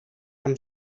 amb